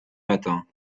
matin